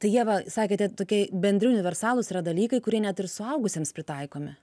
tai ieva sakėte tokie bendri universalūs yra dalykai kurie net ir suaugusiems pritaikomi